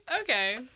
Okay